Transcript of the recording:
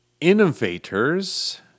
innovators